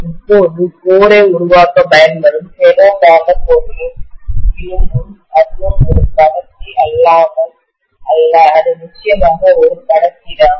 இப்போது மையத்தைகோரை உருவாக்கப் பயன்படும் ஃபெரோ காந்தப் பொருளின் இரும்பு அதுவும் ஒரு கடத்தி அல்லாமல் அல்ல அது நிச்சயமாக ஒரு கடத்தி தான்